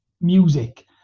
music